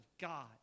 God